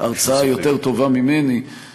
על זה הרצאה יותר טובה ממני, שום ספק.